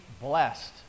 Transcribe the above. blessed